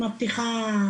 עם הפתיחה,